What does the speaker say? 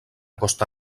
costa